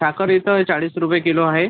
साखर इथं चाळीस रुपये किलो आहे